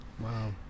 Wow